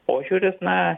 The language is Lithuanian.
požiūris na